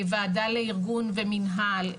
וועדה לארגון ומנהל,